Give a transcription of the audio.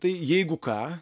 tai jeigu ką